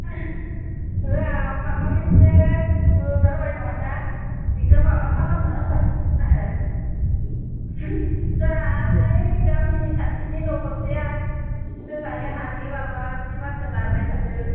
जाहा माबा मोनसे जाबाय नङाना बिखो माबा खालामना होनांसिगोन जाहा ओइ गामिनि खाथिनि न'खरसेया जोंहानि हानि माबा सिमाखो नारबाय थादो